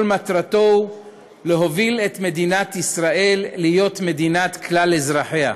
מטרתו להוביל את מדינת ישראל להיות מדינת כלל אזרחיה,